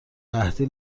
قحطی